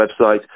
website